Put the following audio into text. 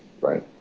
right